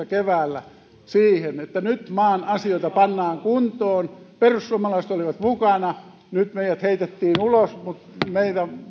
keväällä kaksituhattaviisitoista siihen että nyt maan asioita pannaan kuntoon perussuomalaiset olivat mukana nyt meidät heitettiin ulos mutta meidän